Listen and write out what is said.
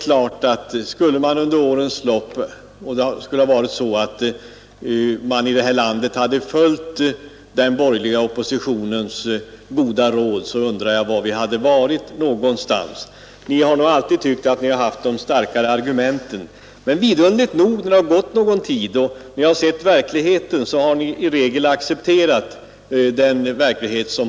Om man under årens lopp i det här landet hade följt den borgerliga oppositionens goda råd undrar jag var vi hade varit någonstans. Ni har nog alltid tyckt att ni har haft de starkare argumenten. Men underligt nog har ni, när det gått någon tid och ni har sett hur verkligheten blivit, ofta accepterat våra förslag.